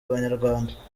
abanyarwanda